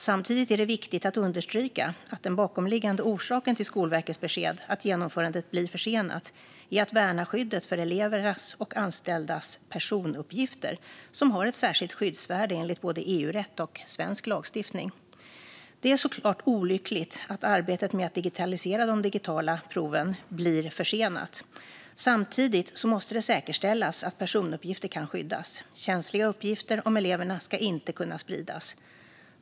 Samtidigt är det viktigt att understryka att den bakomliggande orsaken till Skolverkets besked att genomförandet blir försenat är att man ska värna skyddet för elevers och anställdas personuppgifter, som har ett särskilt skyddsvärde enligt både EU-rätt och svensk lagstiftning. Det är såklart olyckligt att arbetet med att digitalisera proven blir försenat. Samtidigt måste det säkerställas att personuppgifter kan skyddas. Känsliga uppgifter om eleverna ska inte kunna spridas.